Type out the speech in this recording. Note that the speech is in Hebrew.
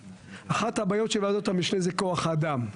אחת הבעיות של וועדות המשנה זה כוח האדם.